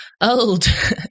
old